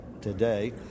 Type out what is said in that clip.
today